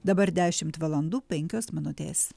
dabar dešimt valandų penkios minutės